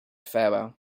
farewell